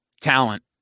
talent